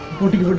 will read